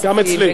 גם אצלי.